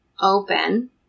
open